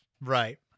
Right